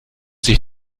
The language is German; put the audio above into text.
sich